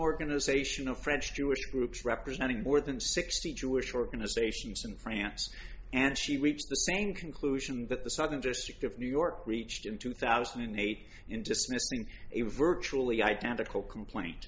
organization of french to groups representing more than sixty jewish organizations in france and she reached the same conclusion that the southern district of new york reached in two thousand and eight in dismissing a virtually identical complaint